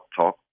talk